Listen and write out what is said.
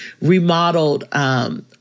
remodeled